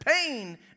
pain